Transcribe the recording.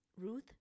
Ruth